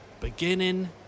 beginning